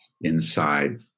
inside